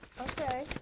Okay